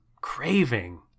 craving